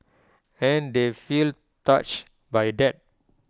and they feel touched by that